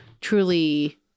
truly